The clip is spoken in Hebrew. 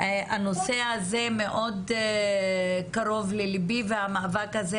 שהנושא הזה מאוד קרוב לליבי והמאבק הזה,